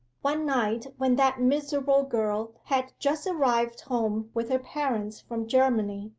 one night when that miserable girl had just arrived home with her parents from germany,